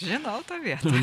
žinau tą vietą